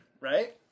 Right